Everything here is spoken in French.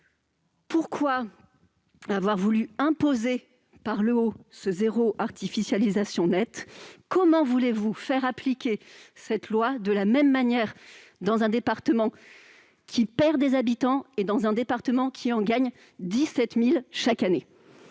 pourquoi avoir voulu imposer par le haut ce zéro artificialisation nette ? Comment entendez-vous faire appliquer cette loi de la même manière dans un département qui perd des habitants et dans un département qui en gagne 17 000 chaque année ?